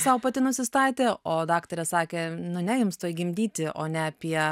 sau pati nusistatė o daktarė sakė nu ne jums tuoj gimdyti o ne apie